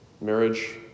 marriage